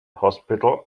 hospital